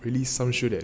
release function